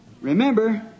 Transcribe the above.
Remember